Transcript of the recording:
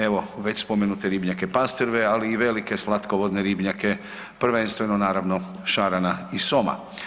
Evo već spomenute ribnjake pastrve, ali i velike slatkovodne ribnjake prvenstveno naravno šarana i soma.